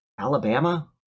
Alabama